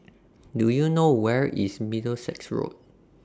Do YOU know Where IS Middlesex Road